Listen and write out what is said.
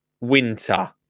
winter